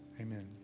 Amen